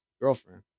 girlfriend